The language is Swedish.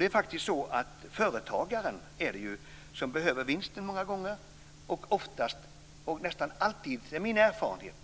Det är faktiskt så att det är företagaren som många gånger behöver vinsten, och min erfarenhet